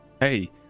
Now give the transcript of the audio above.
Hey